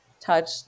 touch